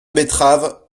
betterave